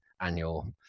annual